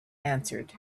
answered